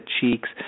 cheeks